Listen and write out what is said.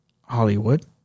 Hollywood